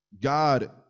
God